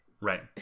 Right